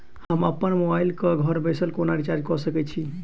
हम अप्पन मोबाइल कऽ घर बैसल कोना रिचार्ज कऽ सकय छी?